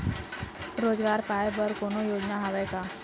रोजगार पाए बर कोनो योजना हवय का?